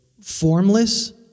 formless